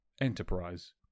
Enterprise